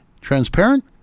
transparent